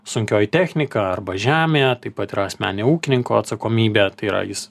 sunkioji technika arba žemė taip pat yra asmeninė ūkininko atsakomybė tai yra jis